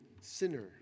sinner